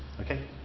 Okay